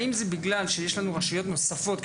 האם זה בגלל שיש לנו רשויות נוספות,